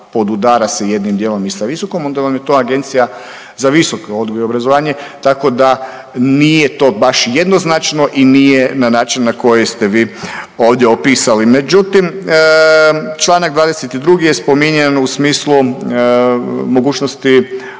podudara se jednim dijelom i sa visokom, onda vam je to Agencija za visoko odgoj i obrazovanje, tako da nije to baš jednoznačno i nije na način na koji ste vi ovdje opisali. Međutim, članak 22. je spominjan u smislu mogućnosti